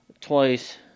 twice